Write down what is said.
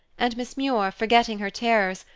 and miss muir, forgetting her terrors,